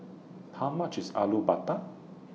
How much IS Alu Matar